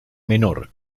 menor